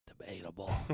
Debatable